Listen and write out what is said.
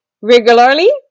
Regularly